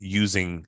using